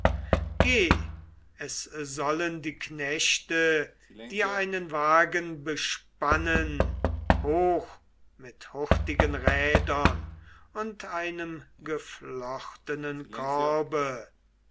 es sollen die knechte dir einen wagen bespannen hoch mit hurtigen rädern und einem geflochtenen korbe